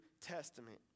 Testament